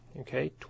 Okay